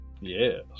Yes